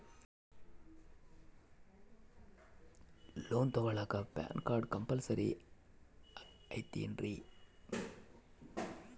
Loan ತೊಗೊಳ್ಳಾಕ PAN card compulsory ಐಯ್ತೇನ್ರಿ?